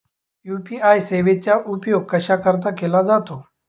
UPI सेवेचा उपयोग कशाकरीता केला जातो?